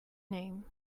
name